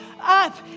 up